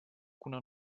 kuna